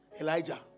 Elijah